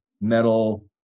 metal